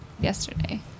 yesterday